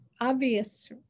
obvious